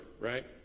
right